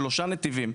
שלושה נתיבים.